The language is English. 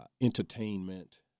entertainment